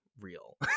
real